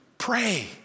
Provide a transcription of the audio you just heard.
pray